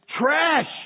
trash